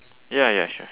ya ya sure